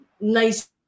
nice